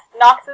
Noxus